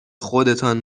خودتان